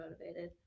motivated